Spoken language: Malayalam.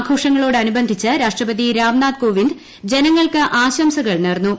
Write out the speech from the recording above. ആഘോഷങ്ങളോടനുബന്ധിച്ച് രാഷ്ട്രപതി രാംനാഥ് കോവിന്ദ് ജനങ്ങൾക്ക് ആശംസകൾ നേർന്നു